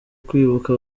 kwibuka